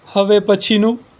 હવે પછીનું